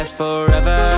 Forever